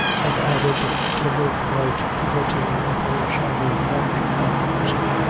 and added to the milk-white purity of her shining neck and bosom.